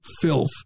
filth